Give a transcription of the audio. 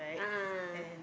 a'ah a'ah